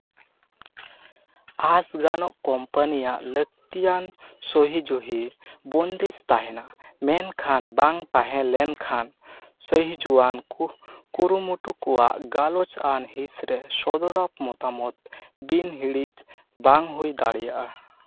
ᱟᱥ ᱜᱟᱱᱚᱜ ᱠᱳᱢᱯᱟᱱᱤᱭᱟᱜ ᱞᱟᱹᱠᱛᱤᱭᱟᱱ ᱥᱟᱹᱦᱤᱡᱩᱦᱤ ᱵᱚᱱᱫᱮᱡᱽ ᱛᱟᱦᱮᱱᱟ ᱢᱮᱱᱠᱷᱟᱱ ᱵᱟᱝ ᱛᱟᱦᱮᱸ ᱞᱮᱱᱠᱷᱟᱱ ᱥᱟᱹᱦᱤᱡᱩᱣᱟᱱ ᱠᱩᱨᱩᱢᱩᱴᱩ ᱠᱚᱣᱟᱜ ᱜᱟᱞᱚᱪᱼᱟᱱ ᱦᱤᱸᱥ ᱨᱮ ᱥᱚᱫᱚᱨᱼᱟᱜ ᱢᱚᱛᱟᱢᱚᱛ ᱵᱤᱱ ᱦᱤᱲᱤᱡ ᱵᱟᱝ ᱦᱩᱭ ᱫᱟᱲᱮᱭᱟᱜᱼᱟ